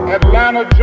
Atlanta